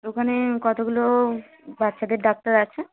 ওখানে কতগুলো বাচ্চাদের ডাক্তার আছে